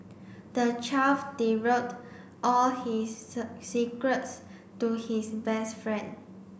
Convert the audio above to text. the child all his secrets to his best friend